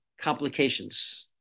complications